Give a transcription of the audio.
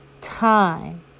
time